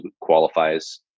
qualifies